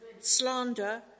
slander